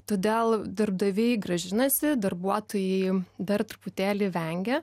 todėl darbdaviai grąžinasi darbuotojai dar truputėlį vengia